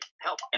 help